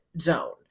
zone